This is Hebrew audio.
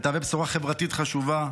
ותהווה בשורה חברתית חשובה,